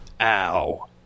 Ow